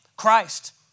Christ